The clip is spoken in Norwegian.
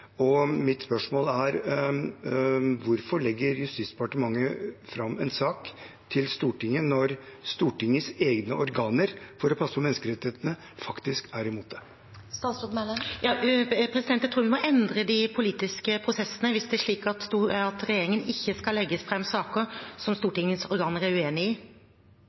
Hvorfor legger Justisdepartementet fram en sak for Stortinget når Stortingets egne organer for å passe på menneskerettighetene faktisk er imot saken? Jeg tror vi må endre de politiske prosessene hvis det er slik at regjeringen ikke skal legge fram saker som Stortingets organer er uenig i.